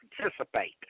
participate